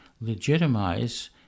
legitimize